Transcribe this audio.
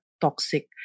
toxic